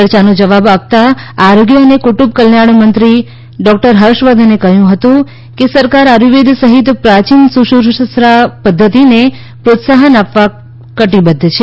ચર્ચાનો જવાબ આપતાં આરોગ્ય અને કુટુંબ કલ્યાણમંત્રી ડોક્ટર હર્ષવર્ધને કહ્યું હતું કે સરકાર આયુર્વેદ સહિત પ્રાચીન સુશ્રુષા પદ્ધતિને પ્રોત્સાહન આપવા કટિબદ્ધ છે